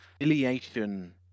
affiliation